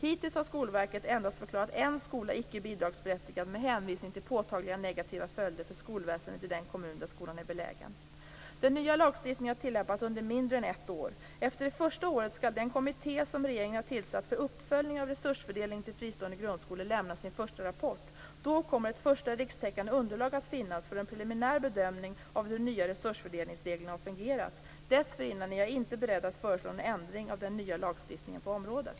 Hittills har Skolverket endast förklarat en skola icke bidragsberättigad med hänvisning till påtagligt negativa följder för skolväsendet i den kommun där skolan är belägen. Den nya lagstiftningen har tillämpats under mindre än ett år. Efter det första året skall den kommitté som regeringen tillsatt för uppföljning av resursfördelningen till fristående grundskolor lämna sin första rapport. Då kommer ett första rikstäckande underlag att finnas för en preliminär bedömning av hur de nya resursfördelningsreglerna har fungerat. Dessförinnan är jag inte beredd att föreslå någon ändring av den nya lagstiftningen på området.